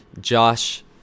josh